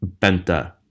Benta